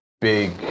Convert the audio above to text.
big